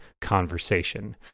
conversation